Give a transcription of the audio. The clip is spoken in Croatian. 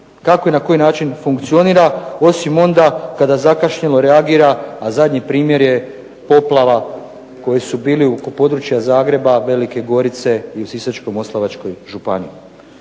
kako i na koji način funkcionira, osim onda kada zakašnjelo reagira, a zadnji primjer je poplava koji su bili oko područja Zagreba, Velike Gorice, i u Sisačko-moslavačkoj županiji.